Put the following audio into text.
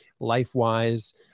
LifeWise